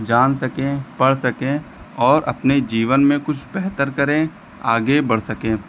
जान सकें पढ़ सकें और अपने जीवन में कुछ बेहतर करें आगे बढ़ सकें